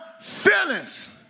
feelings